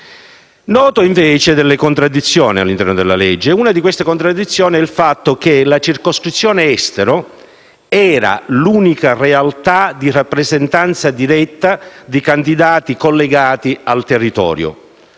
Noto invece delle contraddizioni all'interno della legge. Una di queste è il fatto che la circoscrizione estero era l'unica realtà di rappresentanza diretta di candidati collegati al territorio.